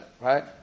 right